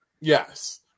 Yes